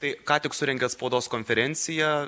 tai ką tik surengėt spaudos konferenciją